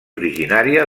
originària